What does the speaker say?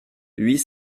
huit